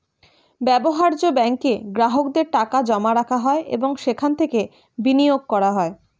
ব্যবহার্য ব্যাঙ্কে গ্রাহকদের টাকা জমা রাখা হয় এবং সেখান থেকে বিনিয়োগ করা হয়